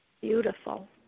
Beautiful